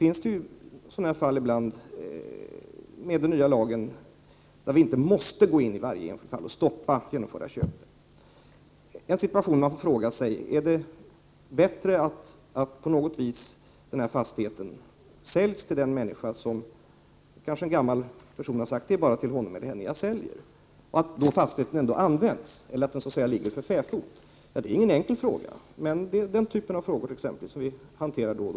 I och med den nya lagen är det inte nödvändigt att gå in i varje enskilt fall och stoppa genomförda köp. Man kan ställa frågan: Är det inte bättre att en viss fastighet säljs till en person som har valts ut och att fastigheten på så sätt används än att den så att säga ligger för fäfot? Det kan ju vara så, att en gammal människa säger att det bara är till en viss person som hon vill sälja. Det är ingen enkel fråga. Men det är den typen av frågor som det handlar om.